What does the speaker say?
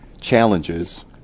challenges